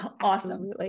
Awesome